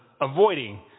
avoiding